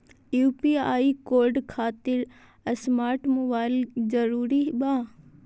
UPI code खातिर smart mobile जरूरी बा?